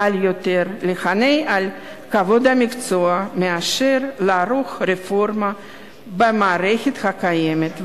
קל יותר להגן על כבוד המקצוע מאשר לערוך רפורמה במערכת הקיימת.